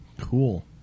cool